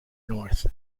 north